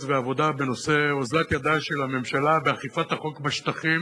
והעבודה בנושא: אוזלת ידה של הממשלה באכיפת החוק בשטחים